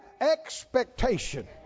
expectation